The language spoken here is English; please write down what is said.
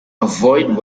avoid